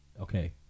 Okay